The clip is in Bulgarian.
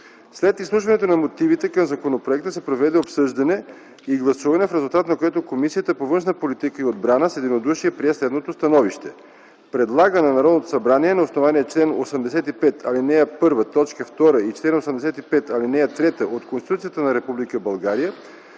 След изслушването на мотивите към законопроекта се проведе обсъждане и гласуване, в резултат на което Комисията по външна политика и отбрана с единодушие прие следното становище: Предлага на Народното събрание на основание чл. 85, ал. 1, т. 2 и чл. 85, ал. 3 от Конституцията на Република България